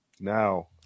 Now